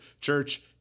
church